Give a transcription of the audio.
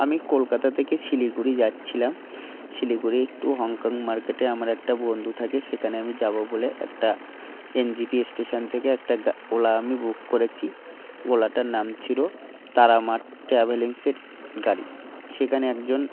আমি কলকাতা থেকে শিলিগুড়ি যাচ্ছিলাম শিলিগুড়ি একটু হংকং মার্কেটে আমার একটা বন্ধু থাকে সেখানে আমি যাব বলে একটা এনজেপি স্টেশন থেকে একটা ওলা আমি বুক করেছি ওলাটার নাম ছিল তারা মা ট্রাভেলিঙ্কসের গাড়ি সেখানে একজন